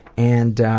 and